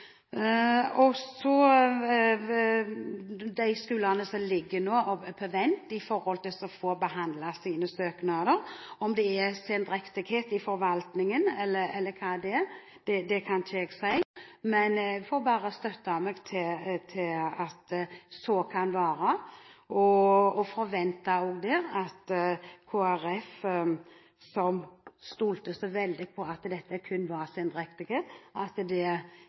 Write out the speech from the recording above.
Og så til de skolene som nå ligger på vent for å få behandlet sine søknader: Om det skyldes «sendrektighet» i forvaltningen eller andre ting, kan ikke jeg svare på. Jeg får bare støtte meg til at så kan være og forventer at det er hold i det Kristelig Folkeparti sier, som stoler så veldig på at det kun skyldes «sendrektighet». Da har de et spesielt ansvar i den saken dersom det